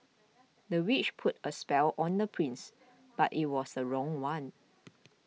the witch put a spell on the prince but it was the wrong one